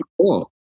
cool